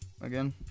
again